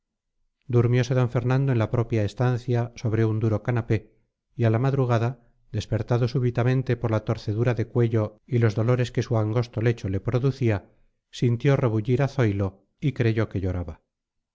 durmiose d fernando en la propia estancia sobre un duro canapé y a la madrugada despertado súbitamente por la torcedura de cuello y los dolores que su angosto lecho le producía sintió rebullir a zoilo y creyó que lloraba